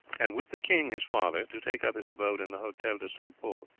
and with the king, his father, to take up his abode in the hotel de st. pol.